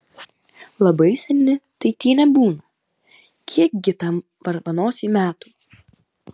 labai seni tai tie nebūna kiekgi tam varvanosiui metų